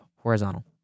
horizontal